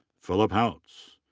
phillip houtz.